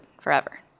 forever